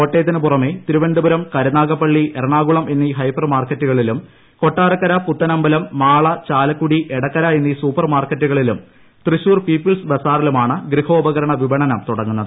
കോട്ടയത്തിന് പുറമെ തിരുവനന്തപുരം കരുനാഗപ്പള്ളി എറണാകുളം എന്നീ ഹൈപ്പർ മാർക്കറ്റുകളിലും കൊട്ടാരക്കര പുത്തനമ്പലം മാള ചാലക്കുടി എടക്കര എന്നീ സൂപ്പർ മാർക്കറ്റുകളിലും തൃശൂർ പീപ്പിൾസ് ബസാറിലുമാണ് ഗൃഹോപകരണ വിപണനം തുടങ്ങുന്നത്